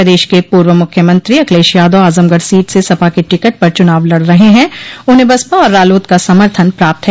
प्रदेश के पूर्व मुख्यमंत्री अखिलेश यादव आजमगढ़ सीट से सपा के टिकट पर चुनाव लड़ रहे हैं उन्हें बसपा और रालोद का समर्थन प्राप्त है